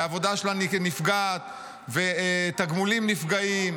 והעבודה שלה נפגעת ותגמולים נפגעים,